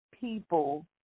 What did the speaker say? people